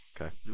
Okay